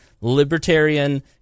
libertarian